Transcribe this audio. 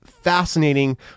fascinating